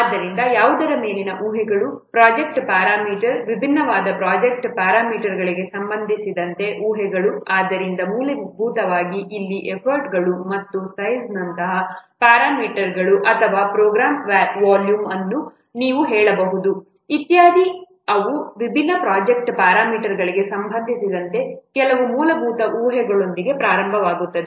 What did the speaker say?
ಆದ್ದರಿಂದ ಯಾವುದರ ಮೇಲಿನ ಊಹೆಗಳು ಪ್ರೊಜೆಕ್ಟ್ ಪ್ಯಾರಾಮೀಟರ್ವಿಭಿನ್ನವಾದ ಪ್ರೊಜೆಕ್ಟ್ ಪ್ಯಾರಾಮೀಟರ್ಗಳಿಗೆ ಸಂಬಂಧಿಸಿದಂತೆ ಊಹೆಗಳು ಆದ್ದರಿಂದ ಮೂಲಭೂತವಾಗಿ ಇಲ್ಲಿ ಎಫರ್ಟ್ಗಳು ಮತ್ತು ಸೈಜ್ನಂತಹ ಪ್ಯಾರಾಮೀಟರ್ಗಳು ಅಥವಾ ಪ್ರೋಗ್ರಾಮ್ ವಾಲ್ಯೂಮ್ ಅನ್ನು ನೀವು ಹೇಳಬಹುದು ಇತ್ಯಾದಿ ಅವು ವಿಭಿನ್ನ ಪ್ರೊಜೆಕ್ಟ್ ಪ್ಯಾರಾಮೀಟರ್ಗಳಿಗೆ ಸಂಬಂಧಿಸಿದಂತೆ ಕೆಲವು ಮೂಲಭೂತ ಊಹೆಗಳಿಂದ ಪ್ರಾರಂಭವಾಗುತ್ತವೆ